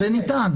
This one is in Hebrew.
זה ניתן.